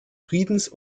friedens